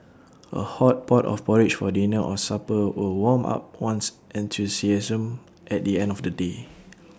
A hot pot of porridge for dinner or supper will warm up one's enthusiasm at the end of A day